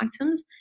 items